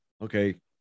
Okay